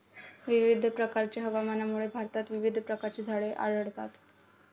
विविध प्रकारच्या हवामानामुळे भारतात विविध प्रकारची झाडे आढळतात